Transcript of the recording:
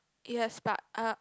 yes but uh